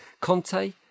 Conte